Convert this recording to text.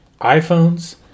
iPhones